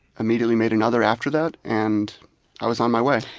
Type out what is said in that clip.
immediately made another after that, and i was on my way.